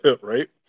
Right